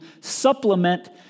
supplement